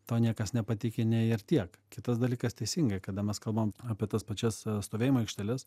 to niekas nepateikinėja ir tiek kitas dalykas teisingai kada mes kalbam apie tas pačias stovėjimo aikšteles